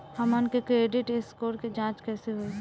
हमन के credit score के जांच कैसे होइ?